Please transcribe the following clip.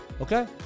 Okay